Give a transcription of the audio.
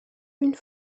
une